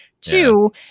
two